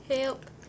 Help